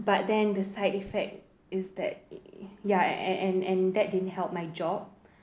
but then the side effect is that ya and and that didn't help my job